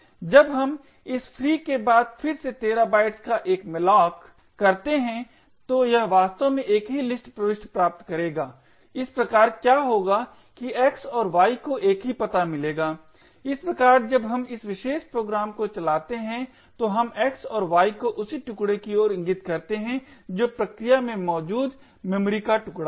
जब हम इस free के बाद फिर से 13 बाइट्स का एक malloc करते हैं तो यह वास्तव में एक ही लिस्ट प्रविष्टि प्राप्त करेगा इस प्रकार क्या होगा कि x और y को एक ही पता मिलेगा इस प्रकार जब हम इस विशेष प्रोग्राम को चलाते हैं तो हम x और y को उसी टुकडे की ओर इंगित करते हैं जो प्रक्रिया में मौजूद स्मृति का टुकड़ा है